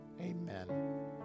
amen